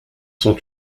sont